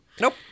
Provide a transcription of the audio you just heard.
Nope